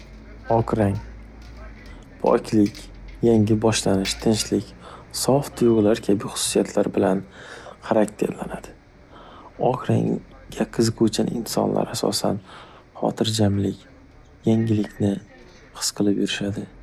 Oq rang poklik yangi boshlanish tinchlik sof tuyg’ular kabi hususiyatlar bilan harakterlanadi. Oq rangga qiziquvchan insonlar asosan hotirjamlik yengillikni his qilib yurishadi.